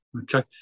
Okay